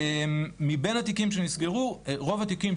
מבין התיקים שנסגרו רוב התיקים,